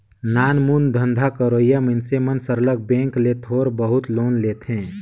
नानमुन धंधा करइया मइनसे मन सरलग बेंक ले थोर बहुत लोन लेथें